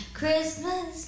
Christmas